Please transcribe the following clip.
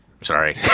Sorry